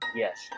yes